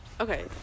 Okay